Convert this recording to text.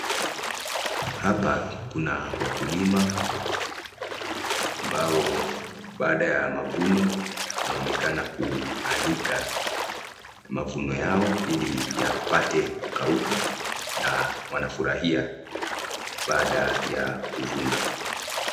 Hapa kuna wakulima ambao baada ya mavuno wanaonekana kuanika mavuno yao ili yapate kukauka na wanafurahia baada ya kuvuna.